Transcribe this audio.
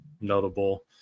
notable